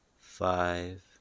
five